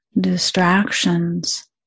distractions